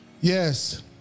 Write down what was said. Yes